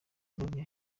n’umwe